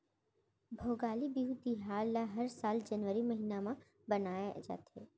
भोगाली बिहू तिहार ल हर साल जनवरी महिना म मनाए जाथे